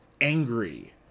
angry